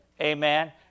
Amen